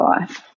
life